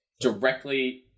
directly